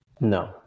No